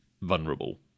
vulnerable